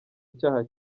icyaha